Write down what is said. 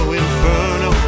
inferno